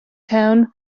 town